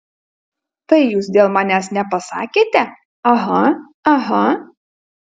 tai jūs dėl manęs nepasakėte aha aha